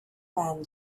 man